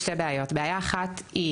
המציאות הזו יוצרת שתי בעיות: בעיה אחת היא